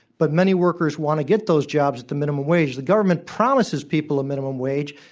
but many workers want to get those jobs at the minimum wage. the government promises people a minimum wage,